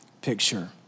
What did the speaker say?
picture